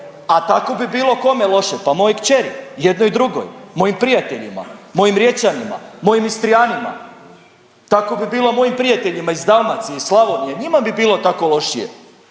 a tako bi bilo kome loše, pa mojoj kćeri, jednoj i drugoj, mojim prijateljima, mojim Riječanima, mojim Istrijanima, tako bi bilo mojim prijateljima iz Dalmacije, iz Slavonije, njima bi bilo tako lošije.